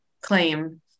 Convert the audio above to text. claim